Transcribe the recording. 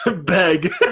Beg